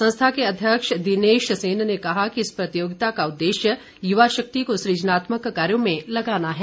संस्था के अध्यक्ष दिनेश सेन ने कहा कि इस प्रतियोगिता का उद्देश्य युवा शक्ति को सृजनात्मक कार्यो में लगाना है